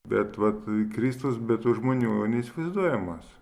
bet vat kristus be tų žmonių neįsivaizduojamas